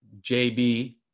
JB